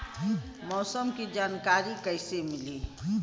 मौसम के जानकारी कैसे मिली?